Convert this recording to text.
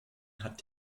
hat